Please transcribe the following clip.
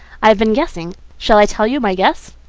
i have been guessing. shall i tell you my guess?